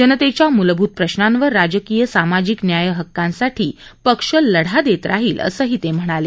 जनतेच्या म्लभूत प्रश्नांवर राजकीय सामाजिक न्याय हक्कांसाठी पक्ष लढा देत राहील असंही त्यांनी सांगितलं